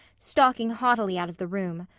stalking haughtily out of the room.